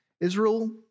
Israel